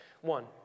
One